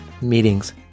Meetings